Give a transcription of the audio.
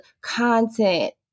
content